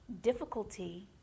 difficulty